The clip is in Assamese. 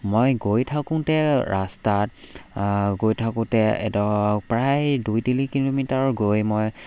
মই গৈ থাকোঁতে ৰাস্তাত গৈ থাকোঁতে এড প্ৰায় দুই তিনি কিলোমিটাৰ গৈ মই